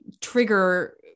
trigger